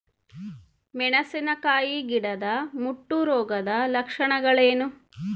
ಮೆಣಸಿನಕಾಯಿ ಗಿಡದ ಮುಟ್ಟು ರೋಗದ ಲಕ್ಷಣಗಳೇನು?